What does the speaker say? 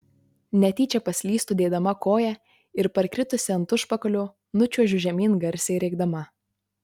netyčia paslystu dėdama koją ir parkritusi ant užpakalio nučiuožiu žemyn garsiai rėkdama